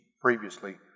previously